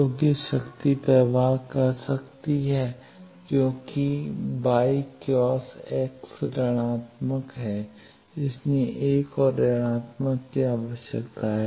तो कि शक्ति प्रवाह कर सकती है क्योंकि y क्रॉस x ऋणात्मक है इसलिए एक और ऋणात्मक की आवश्यकता है